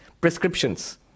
prescriptions